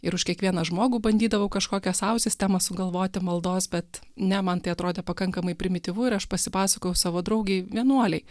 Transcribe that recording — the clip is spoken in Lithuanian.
ir už kiekvieną žmogų bandydavau kažkokią sau sistemą sugalvoti maldos bet ne man tai atrodė pakankamai primityvu ir aš pasipasakojau savo draugei vienuolei